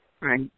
right